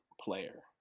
player